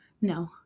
No